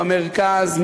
במרכז,